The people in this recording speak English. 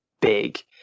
big